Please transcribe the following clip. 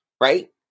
right